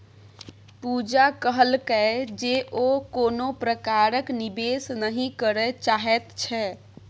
पूजा कहलकै जे ओ कोनो प्रकारक निवेश नहि करय चाहैत छै